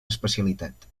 especialitat